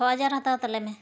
ᱪᱷᱚ ᱦᱟᱡᱟᱨ ᱦᱟᱛᱟᱣ ᱛᱟᱞᱮᱢᱮ